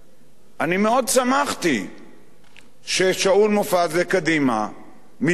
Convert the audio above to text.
אני מאוד שמחתי ששאול מופז וקדימה מצטרפים